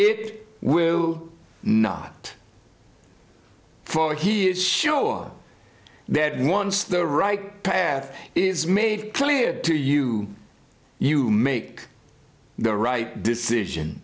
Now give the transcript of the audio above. it will not for he is sure that once the right path is made clear to you you make the right decision